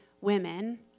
women